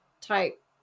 type